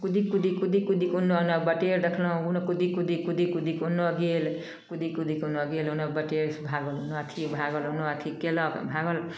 कुदिक कुदिक कुदिक कुदिक ओन्ना ओन्ने बटेर देखलहुँ ओन्ना कुदिक कुदिक कुदिक कुदिक ओन्नो गेल कुदिक कुदिक ओन्नो गेल ओन्नो बटेर भागल ओन्नो अथी भागल ओन्नो अथी कएलक भागल